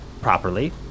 properly